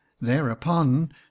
Thereupon